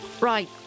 Right